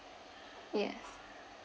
yes